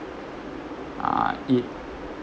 uh it